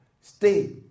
Stay